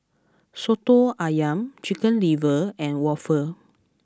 Soto Ayam Chicken Liver and Waffle